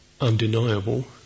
undeniable